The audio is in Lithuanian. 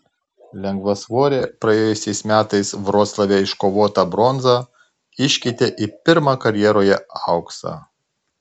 lengvasvorė praėjusiais metais vroclave iškovotą bronzą iškeitė į pirmą karjeroje auksą